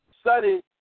study